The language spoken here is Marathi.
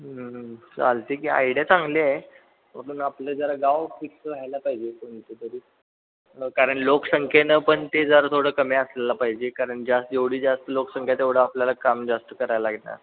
हं हं हं चालते की आयडिया चांगलीय पण मग आपलं जरा गाव फिक्स व्हायला पाहिजे कोणते तरी कारण लोकसंख्येनं पण ते जरा थोडं कमी असलेला पाहिजे कारण जास्त जेवढी जास्त लोकसंख्या तेवढं आपल्याला काम जास्त करायला लागणार